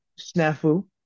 Snafu